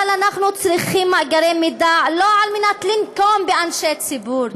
אבל אנחנו צריכים מאגרי מידע לא כדי לנקום באנשי ציבור,